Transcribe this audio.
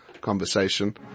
conversation